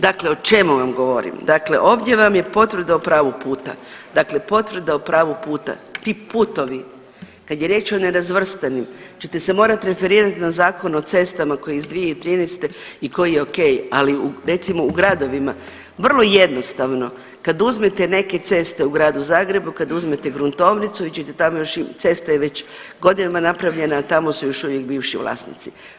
Dakle, o čemu vam govorim, dakle ovdje vam je potvrda o pravu puta, dakle potvrda o pravu puta ti putovi kad je riječ o nerazvrstanim ćete se morati referirati na Zakon o cestama koji je iz 2013. i koji je ok, ali recimo u gradovima vrlo jednostavno kad uzmete neke ceste u gradu Zagrebu, kad uzmete gruntovnicu ićete tamo još cesta je već godinama napravljena, a tamo su još uvijek bivši vlasnici.